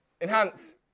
Enhance